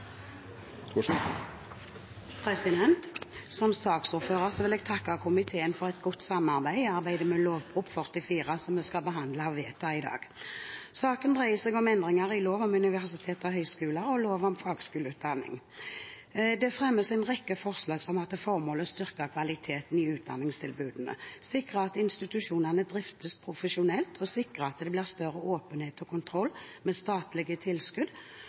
vedtatt. Som saksordfører vil jeg takke komiteen for et godt samarbeid i arbeidet med Prop. 44 L som vi skal behandle og vedta i dag. Saken dreier seg om endringer i lov om universitet og høyskoler og lov om fagskoleutdanning. Det fremmes en rekke forslag som har til formål å styrke kvaliteten i utdanningstilbudene, sikre at institusjonene driftes profesjonelt og sikre at det blir større åpenhet og kontroll med statlige tilskudd